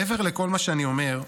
מעבר לכל מה שאני אומר,